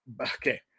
okay